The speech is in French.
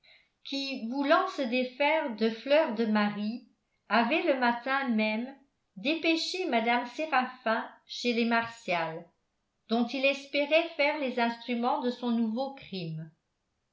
qui voulant se défaire de fleur de marie avait le matin même dépêché mme séraphin chez les martial dont il espérait faire les instruments de son nouveau crime